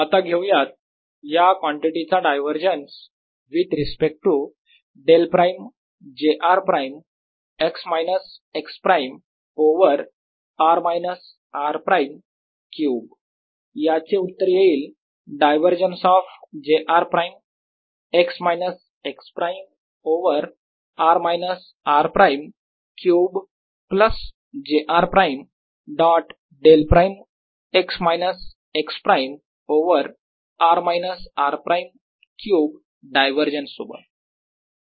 आता घेऊयात या कॉन्टिटी चा divergence with respect to del prime j r prime x minus x prime over r minus r prime cube याचे उत्तर येईल divergence of j r prime x minus x prime over r minus r prime cube plus j r prime dot del prime x minus x prime over r minus r prime cube divergence सोबत